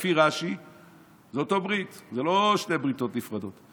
לפי רש"י זו אותה ברית, אלה לא שתי בריתות נפרדות,